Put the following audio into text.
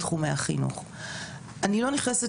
וצריך לעשות פה גם את ההבחנות מה נכון לדרוש